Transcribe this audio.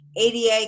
ADA